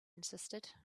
insisted